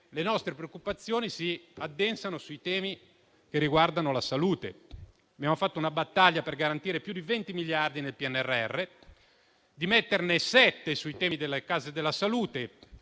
Le nostre preoccupazioni si addensano anche sui temi che riguardano la salute. Abbiamo fatto una battaglia per garantire più di 20 miliardi nel PNRR, per metterne 7 per le case della salute.